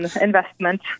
investment